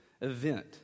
event